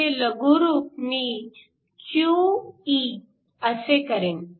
ह्याचे लघुरूप मी QE असे करेन